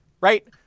right